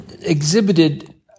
exhibited